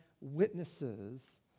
witnesses